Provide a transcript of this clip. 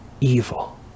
evil